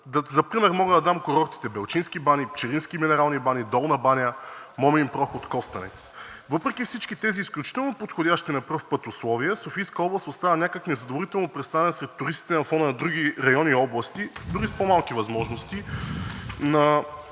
За пример мога да дам курортите Белчински бани, Пчелински минерални бани, Долна баня, Момин проход, Костенец. Въпреки всички тези изключително подходящи на пръв поглед условия, Софийска област остава някак незадоволително представена сред туристите на фона на други райони и области дори с по-малки възможности.